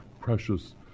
precious